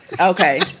Okay